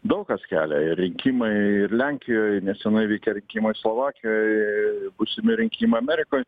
daug kas kelia ir rinkimai ir lenkijoj nesenai vykę rinkimai slovakijoj būsimi rinkimai amerikoj